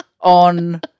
on